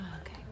okay